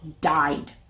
died